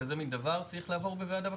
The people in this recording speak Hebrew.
דבר כזה צריך לעבור בוועדה בכנסת.